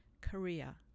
Korea